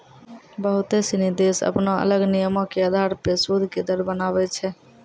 बहुते सिनी देश अपनो अलग नियमो के अधार पे सूद के दर बनाबै छै